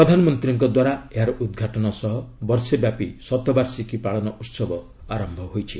ପ୍ରଧାନମନ୍ତ୍ରୀଙ୍କ ଦ୍ୱାରା ଏହାର ଉଦ୍ଘାଟନ ସହ ବର୍ଷେ ବ୍ୟାପି ଶତବାର୍ଷିକୀ ପାଳନ ଉହବ ଆରମ୍ଭ ହୋଇଛି